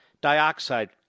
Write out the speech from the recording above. dioxide